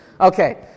okay